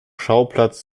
schauplatz